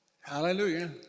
Hallelujah